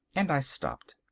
and i stopped.